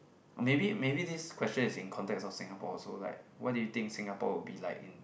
maybe maybe this question is in context of Singapore also like what do you think Singapore would be like in